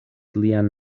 lian